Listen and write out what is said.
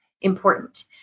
important